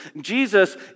Jesus